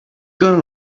gonna